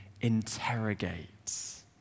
interrogates